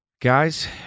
Guys